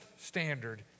standard